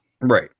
Right